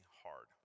hard